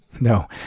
No